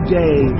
day